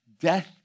Death